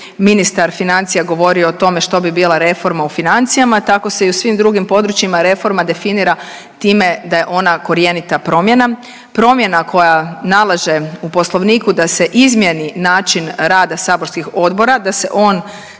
ministar financija govorio o tome što bi bila reforma u financijama, tako se i u svim drugim područjima reforma definira time da je ona korjenita promjena. Promjena koja nalaže u Poslovniku da se izmjeni način rada saborskih odbora, da se on